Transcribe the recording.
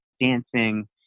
dancing